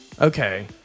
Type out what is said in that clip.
Okay